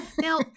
Now